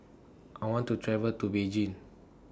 I want to travel to Beijing